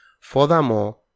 Furthermore